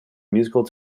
musical